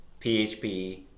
php